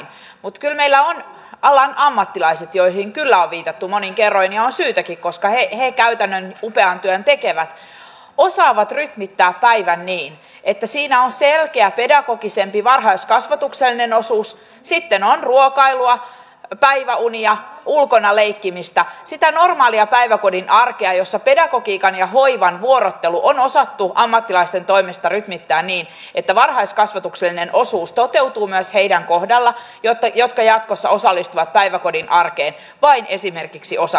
mutta kyllä meillä on alan ammattilaiset joihin on viitattu monin kerroin ja on syytäkin ollut koska he käytännön upean työn tekevät osaavat rytmittää päivän niin että siinä on selkeä pedagogisempi varhaiskasvatuksellinen osuus sitten on ruokailua päiväunia ulkona leikkimistä sitä normaalia päiväkodin arkea jossa pedagogiikan ja hoivan vuorottelu on osattu ammattilaisten toimesta rytmittää niin että varhaiskasvatuksellinen osuus toteutuu myös niiden kohdalla jotka jatkossa osallistuvat päiväkodin arkeen esimerkiksi vain osapäiväisesti